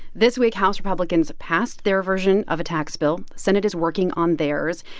this week, house republicans passed their version of a tax bill. senate is working on theirs.